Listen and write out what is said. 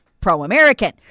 pro-American